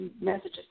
messages